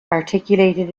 articulated